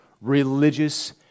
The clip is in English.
religious